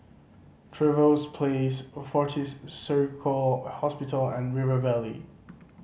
Trevose Place Fortis Surgical Hospital and River Valley